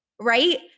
right